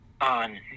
on